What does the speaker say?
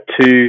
two